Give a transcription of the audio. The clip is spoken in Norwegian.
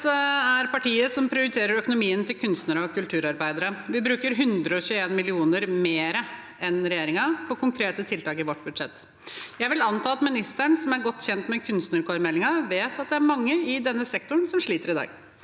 Rødt er partiet som prioriterer økonomien til kunstnere og kulturarbeidere. Vi bruker 121 mill. kr mer enn regjeringen på konkrete tiltak i vårt budsjett. Jeg vil anta at ministeren, som er godt kjent med Kunstnarkår-meldingen, vet at det er mange i denne sektoren som sliter i dag.